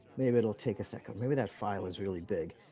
maybe it'll take a second. maybe that file is really big.